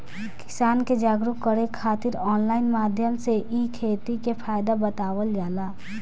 किसान के जागरुक करे खातिर ऑनलाइन माध्यम से इ खेती के फायदा बतावल जाला